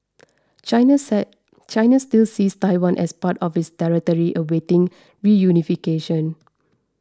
China said China still sees Taiwan as part of its territory awaiting reunification